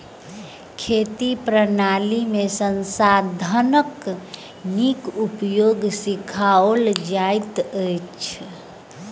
खेती प्रणाली में संसाधनक नीक उपयोग सिखाओल जाइत अछि